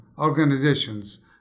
organizations